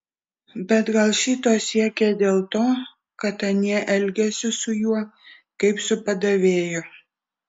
bet gal šito siekė dėl to kad anie elgėsi su juo kaip su padavėju